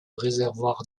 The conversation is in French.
réservoirs